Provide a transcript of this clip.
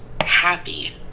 happy